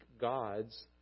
gods